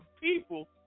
people